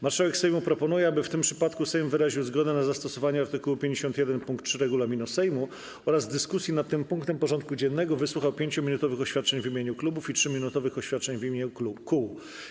Marszałek Sejmu proponuje, aby w tym przypadku Sejm wyraził zgodę na zastosowanie art. 51 pkt 3 regulaminu Sejmu oraz w dyskusji nad tym punktem porządku dziennego wysłuchał 5-minutowych oświadczeń w imieniu klubów i 3-minutowych oświadczeń w imieniu kół.